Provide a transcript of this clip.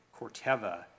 Corteva